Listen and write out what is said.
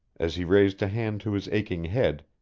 as he raised a hand to his aching head,